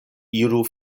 iru